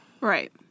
Right